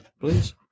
please